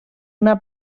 una